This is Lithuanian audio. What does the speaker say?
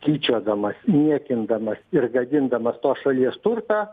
tyčiodamas niekindamas ir gadindamas tos šalies turtą